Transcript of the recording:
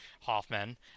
Hoffman